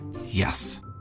Yes